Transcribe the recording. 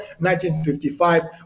1955